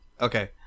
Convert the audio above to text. okay